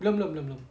dia belum belum belum